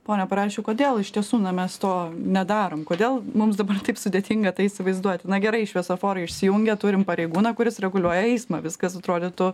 pone pareščiau kodėl iš tiesų mes to nedarom kodėl mums dabar taip sudėtinga tai įsivaizduoti na gerai šviesoforai išsijungė turim pareigūną kuris reguliuoja eismą viskas atrodytų